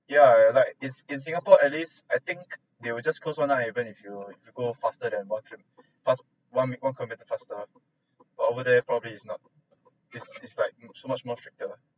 yeah like is in singapore at least I think there will just close one eye even if you if you go faster than one kilo fast one me one kilometre faster per hour there probably is not is is like so much stricter